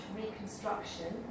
reconstruction